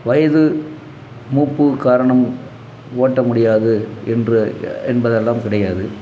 வயது மூப்பு காரணம் ஓட்ட முடியாது என்ற என்பதெல்லாம் கிடையாது